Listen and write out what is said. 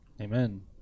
Amen